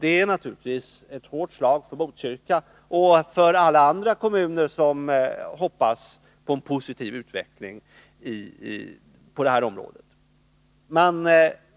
Det är naturligtvis ett hårt slag för Botkyrka och för alla andra kommuner som hoppas på en positiv utveckling på det här området. Man